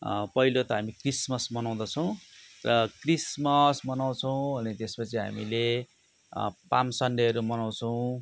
पहिलो त हामी क्रिसमस मनाउँदछौँ र क्रिसमस मनाउँछौँ अनि त्यसपछि हामीले पाल्म सन्डेहरू मनाउँछौँ